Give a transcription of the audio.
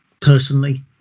personally